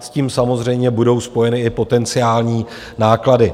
S tím samozřejmě budou spojeny i potenciální náklady.